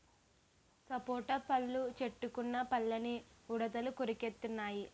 సపోటా పళ్ళు చెట్టుకున్న పళ్ళని ఉడతలు కొరికెత్తెన్నయి